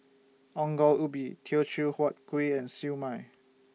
Ongol Ubi Teochew Huat Kuih and Siew Mai